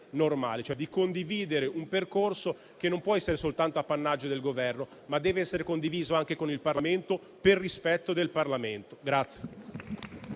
normale: condividere un percorso che non può essere soltanto appannaggio del Governo, ma dev'essere condiviso anche con il Parlamento, per rispetto di questo organo.